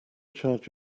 charge